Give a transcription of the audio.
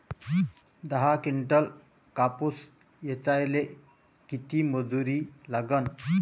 दहा किंटल कापूस ऐचायले किती मजूरी लागन?